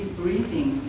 breathing